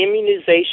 immunization